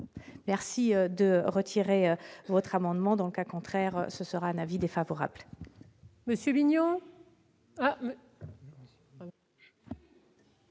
merci de retirer votre amendement dans le cas contraire, ce sera un avis défavorable.